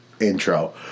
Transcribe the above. intro